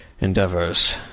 endeavors